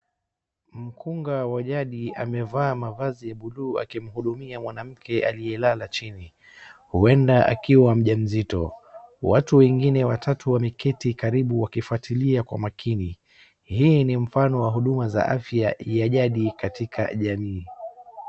Mkunga wa jadi amevaa mavazi ya buluu akimhudumia mwanamke aliyelala chini. Hueda akiwa mjamzito. Watu wengine watatu wameketi karibu wakifuatilia kwa makini. Hii ni mfano wa huduma za afya ya jadi katika jamii.